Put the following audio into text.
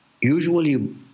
usually